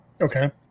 okay